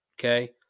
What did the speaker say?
Okay